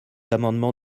amendement